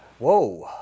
Whoa